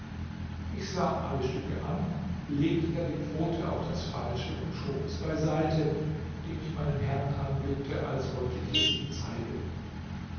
ich sah alle stücke an legte dann die pfote auf das falsche und schob es beiseite indem ich meinen herrn anblickte als wollte ich es ihm zeigen